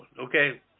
okay